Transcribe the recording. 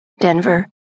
Denver